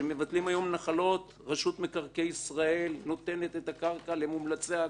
רשות מקרקעי ישראל נותנת את הקרקע למומלצי אגודה,